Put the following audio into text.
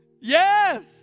yes